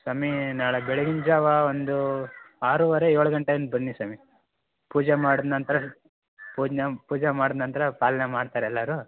ಸ್ವಾಮೀ ನಾಳೆ ಬೆಳಗಿನ ಜಾವ ಒಂದು ಆರುವರೆ ಏಳು ಗಂಟೆ ಹಂಗ್ ಬನ್ನಿ ಸ್ವಾಮಿ ಪೂಜೆ ಮಾಡಿದ ನಂತರ ಪೂಜ್ಞೆ ಪೂಜೆ ಮಾಡಿದ ನಂತರ ಪಾಲನೆ ಮಾಡ್ತರೆ ಎಲ್ಲರು